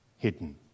hidden